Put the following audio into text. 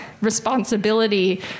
responsibility